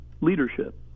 leadership